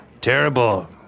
terrible